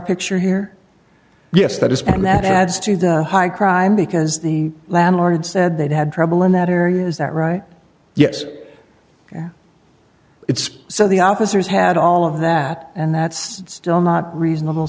picture here yes that is and that adds to the high crime because the landlord said they'd had trouble in that area is that right yes it's so the officers had all of that and that's still not reasonable